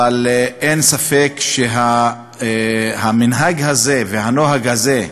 אבל אין ספק שהמנהג הזה והנוהג הזה,